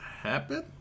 happen